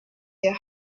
your